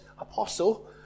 apostle